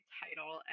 title